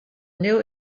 new